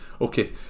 okay